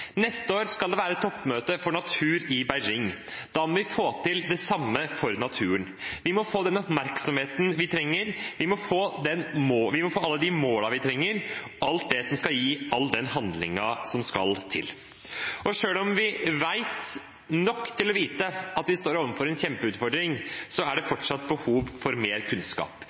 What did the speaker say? Neste år skal det være toppmøte for natur i Beijing. Da må vi få til det samme for naturen. Vi må få den oppmerksomheten vi trenger, vi må få alle de målene vi trenger – alt det som skal gi den handlingen som må til. Og selv om vi vet nok til å vite at vi står overfor en kjempeutfordring, er det fortsatt behov for mer kunnskap.